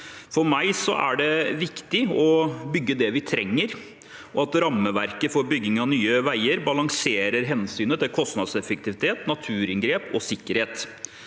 For meg er det viktig å bygge det vi trenger, og at rammeverket for bygging av nye veier balanserer hensynet til kostnadseffektivitet, naturinngrep og sikkerhet.